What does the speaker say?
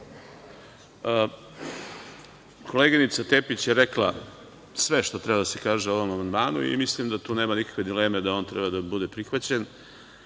Koleginica Tepić je rekla sve što treba da se kaže o ovom amandmanu i mislim da tu nema nikakve dileme, da on treba da bude prihvaćen